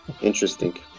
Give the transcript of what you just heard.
Interesting